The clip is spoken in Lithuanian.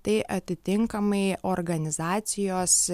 tai atitinkamai organizacijos